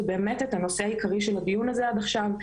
זה באמת את הנושא העיקרי של הדיון הזה עד עכשיו,